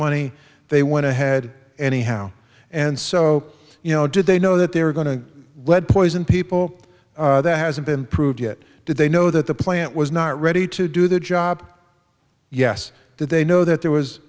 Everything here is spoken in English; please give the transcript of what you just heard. money they went ahead anyhow and so you know did they know that they're going to lead poisoned people that hasn't been proved yet did they know that the plant was not ready to do the job yes did they know that there was